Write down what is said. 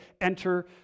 enter